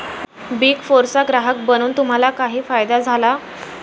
Big फोरचा ग्राहक बनून तुम्हाला काही फायदा झाला?